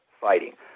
fighting